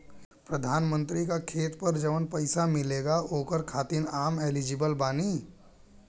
प्रधानमंत्री का खेत पर जवन पैसा मिलेगा ओकरा खातिन आम एलिजिबल बानी?